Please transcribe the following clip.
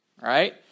Right